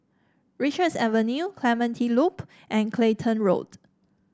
Richards Avenue Clementi Loop and Clacton Road